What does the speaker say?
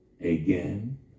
again